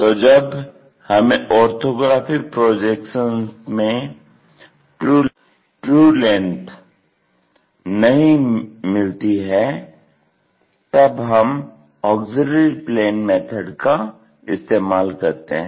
तो जब हमें ओर्थोग्रफिक प्रोजेक्शन्स में ट्रू लेंथ नहीं मिलती है तब हम ऑग्ज़िल्यरी प्लेन मेथड का इस्तेमाल करते हैं